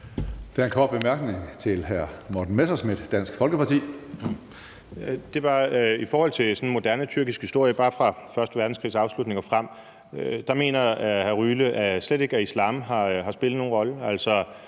Der er en kort bemærkning til hr. Morten Messerschmidt, Dansk Folkeparti. Kl. 16:41 Morten Messerschmidt (DF): Det var i forhold til moderne tyrkisk historie, bare fra første verdenskrigs afslutning og frem. Der mener hr. Alexander Ryle slet ikke, at islam har spillet nogen rolle?